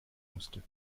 musste